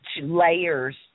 layers